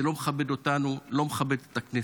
זה לא מכבד אותנו, לא מכבד את הכנסת.